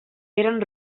eren